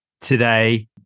today